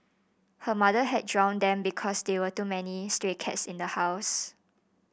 her mother had drowned them because there were too many stray cats in the house